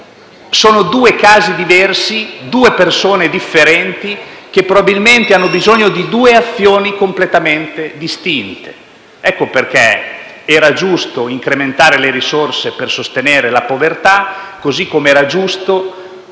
sono due casi diversi, due persone differenti, che probabilmente hanno bisogno di due azioni completamente distinte. Ecco perché era giusto incrementare le risorse per sostenere la povertà, così com'era giusto,